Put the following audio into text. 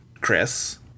Chris